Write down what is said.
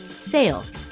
sales